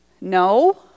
No